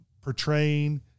portraying